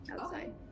outside